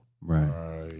Right